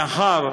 מאחר